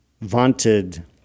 vaunted